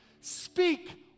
Speak